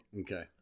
Okay